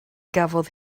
gafodd